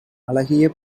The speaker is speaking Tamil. அழகிய